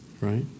right